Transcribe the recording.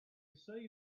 say